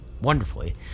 wonderfully